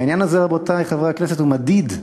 והעניין הזה, רבותי חברי הכנסת, הוא מדיד.